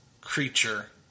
creature